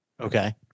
Okay